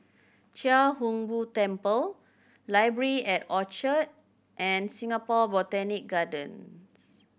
Chia Hung Boo Temple Library at Orchard and Singapore Botanic Gardens